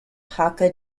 hakka